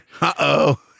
Uh-oh